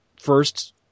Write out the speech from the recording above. first